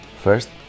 first